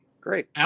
great